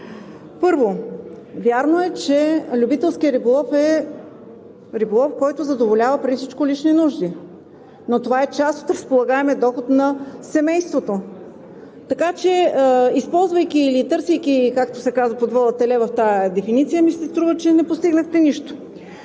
Първо, вярно е, че любителският риболов е риболов, който задоволява преди всичко лични нужди, но това е част от разполагаемия доход на семейството. Така че, използвайки или търсейки, както се казва, под вола теле в тази дефиниция, ми се струва, че не постигнахте нищо.